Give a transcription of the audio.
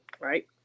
right